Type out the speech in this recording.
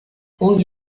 onde